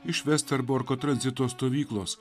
iš vesterborko tranzito stovyklos